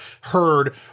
heard